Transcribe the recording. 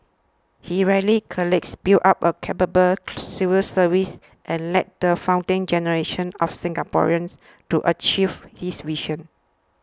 he rallied colleagues built up a capable civil service and led the founding generation of Singaporeans to achieve this vision